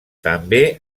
també